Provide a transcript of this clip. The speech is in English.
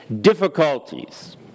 difficulties